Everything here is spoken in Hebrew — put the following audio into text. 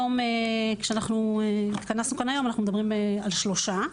כשאנחנו התכנסנו כאן היום אנחנו מדברים על שלושה.